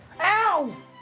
Ow